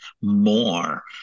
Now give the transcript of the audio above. more